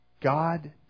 God